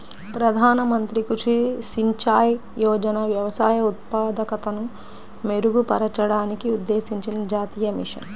ప్రధాన మంత్రి కృషి సించాయ్ యోజన వ్యవసాయ ఉత్పాదకతను మెరుగుపరచడానికి ఉద్దేశించిన జాతీయ మిషన్